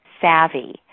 savvy